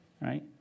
right